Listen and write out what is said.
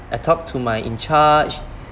I talk to my in charge